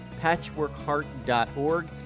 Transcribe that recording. Patchworkheart.org